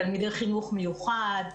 תלמידי חינוך מיוחד,